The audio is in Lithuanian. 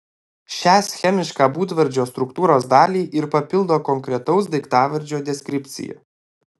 šią schemišką būdvardžio struktūros dalį ir papildo konkretaus daiktavardžio deskripcija